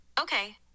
Okay